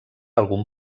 algun